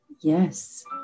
Yes